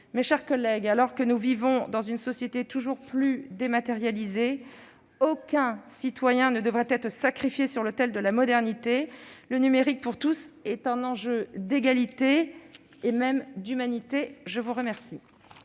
de handicap. Alors que nous vivons dans une société toujours plus dématérialisée, aucun citoyen ne devrait être sacrifié sur l'autel de la modernité. Le numérique pour tous est un enjeu d'égalité et même d'humanité ! La parole